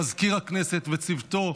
למזכיר הכנסת וצוותו,